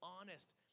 honest